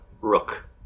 Rook